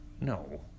No